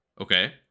okay